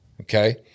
okay